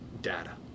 data